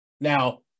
Now